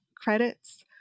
credits